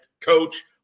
coach